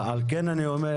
על כן אני אומר,